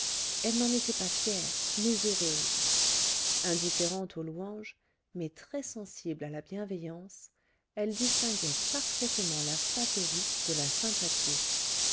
elle n'en était pas fière mais heureuse indifférente aux louanges mais très-sensible à la bienveillance elle distinguait parfaitement la flatterie de la sympathie